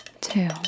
two